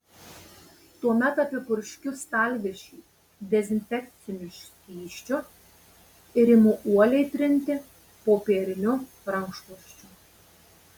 tuomet apipurškiu stalviršį dezinfekciniu skysčiu ir imu uoliai trinti popieriniu rankšluosčiu